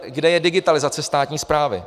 Kde je digitalizace státní správy?